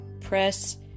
press